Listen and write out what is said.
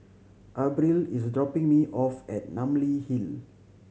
Abril is dropping me off at Namly Hill